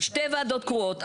שתי ועדות קרואות.